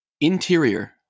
Interior